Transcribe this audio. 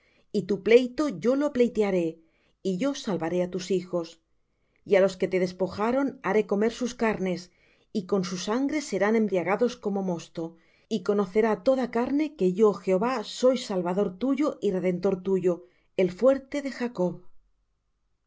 y tu pleito yo lo pleitearé y yo salvaré á tus hijos y á los que te despojaron haré comer sus carnes y con su sangre serán embriagados como mosto y conocerá toda carne que yo jehová soy salvador tuyo y redentor tuyo el fuerte de jacob